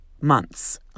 months